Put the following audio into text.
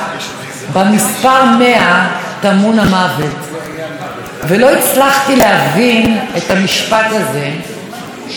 ולא הצלחתי להבין את המשפט הזה עד הרצח של עליזה מנתניה.